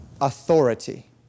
authority